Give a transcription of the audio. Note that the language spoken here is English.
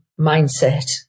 mindset